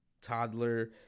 Toddler